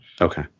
okay